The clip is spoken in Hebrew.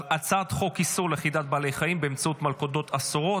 איסור לכידת בעלי חיים באמצעות מלכודות אסורות,